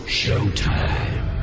showtime